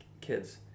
kids